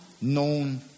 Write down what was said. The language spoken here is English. known